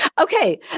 Okay